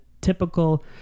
typical